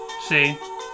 See